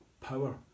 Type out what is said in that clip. power